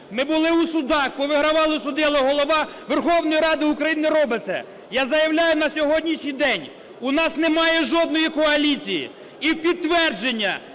Ми були у судах, повигравали суди, але Голова Верховної Ради України не робить це. Я заявляю: на сьогоднішній день у нас немає жодної коаліції. І в підтвердження